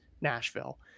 Nashville